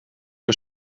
een